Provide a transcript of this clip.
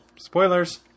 spoilers